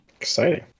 Exciting